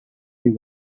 you